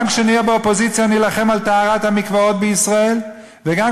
גם כשנהיה באופוזיציה נילחם על טהרת המקוואות בישראל וגם